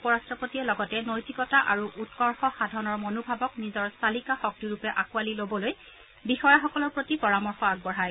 উপৰাট্টপতিয়ে লগতে নৈতিকতা আৰু উৎকৰ্য সাধনৰ মনোভাৱক নিজৰ চালিকা শক্তি ৰূপে আকোৱালি লবলৈ বিষয়াসকলৰ প্ৰতি পৰামৰ্শ আগবঢ়ায়